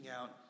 out